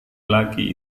laki